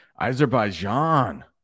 Azerbaijan